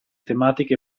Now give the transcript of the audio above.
tematiche